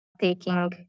taking